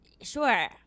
sure